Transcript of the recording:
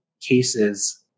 cases